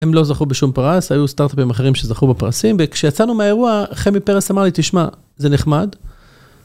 הם לא זכו בשום פרס, היו סטארט-אפים אחרים שזכו בפרסים, וכשיצאנו מהאירוע, חמי פרס אמר לי, תשמע, זה נחמד.